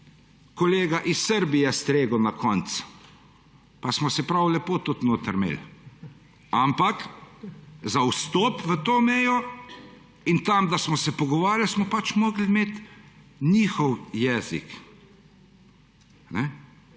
kolega iz Srbije stregel na koncu, pa smo se prav lepo tudi notri imeli. Ampak, za vstop na tej meji in tam, da smo se pogovarjali, smo morali imeti njihov jezik.